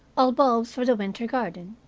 or bulbs for the winter garden.